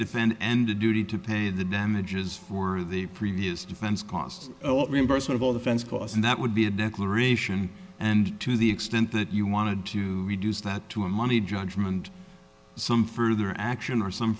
defend and a duty to pay the damages for the previous defense cost reimbursement of all the fence costs and that would be a declaration and to the extent that you wanted to reduce that to a money judgment some further action or some